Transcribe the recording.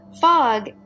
fog